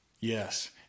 Yes